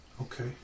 Okay